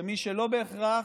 למי שלא בהכרח,